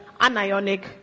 anionic